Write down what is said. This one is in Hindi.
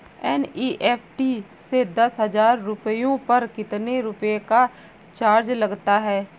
एन.ई.एफ.टी से दस हजार रुपयों पर कितने रुपए का चार्ज लगता है?